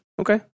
okay